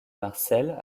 marcelle